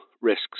risks